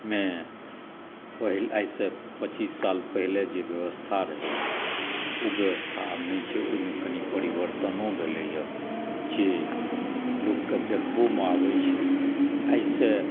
बिहारमे आइसँ पच्चीस साल पहिले जे व्यवस्था रहै ओ व्यवस्था अब नहि छै ओहिमे कनि परिवर्तनो भेलैया जे लोक के देखबोमे आबै छै आइसँ